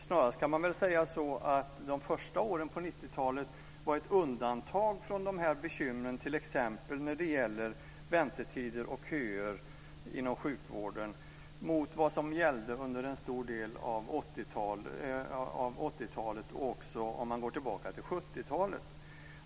Snarast kan man väl säga att de första åren på 90-talet var ett undantag från dessa bekymmer, t.ex. när det gäller väntetider och köer inom sjukvården, mot vad som gällde under en stor del av 80-talet och också under 70-talet.